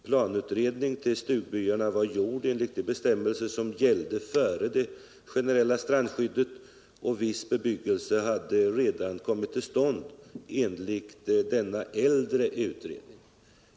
Planutredning i fråga om stugbyarna var gjord enligt de bestämmelser som gällde före det generella strandskyddet, och viss bebyggelse hade redan kommit till stånd enligt denna äldre utredning.